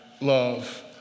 love